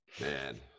Man